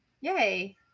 Yay